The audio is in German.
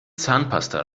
zahnpasta